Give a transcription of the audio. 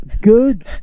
good